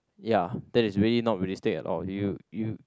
ya that is really not realistic at all you you